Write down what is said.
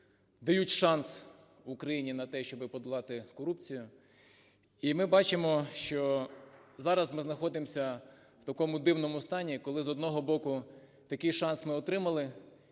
дають шанс Україні на те, щоб подолати корупцію. І ми бачимо, що зараз ми знаходимося в такому дивному стані, коли, з одного боку, такий шанс ми отримали,